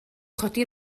chodi